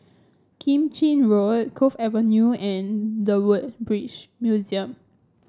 Keng Chin Road Cove Avenue and The Woodbridge Museum